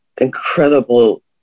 incredible